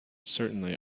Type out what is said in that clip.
certainly